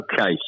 Okay